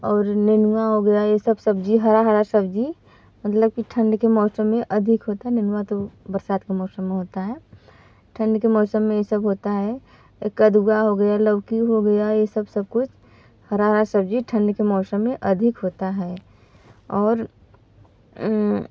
और नेनुआ हो गया ये सब सब्ज़ी हरा हरा सब्ज़ी मतलब कि ठंड के मौसम में अधिक होता नेनुआ तो बरसात के मौसम में होता है ठंड के मौसम में ए सब होता है ए कदुआ हो गया लौकी हो गया ए सब सब कुछ हरा हरा सब्ज़ी ठंड के मौसम में अधिक होता है और